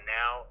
now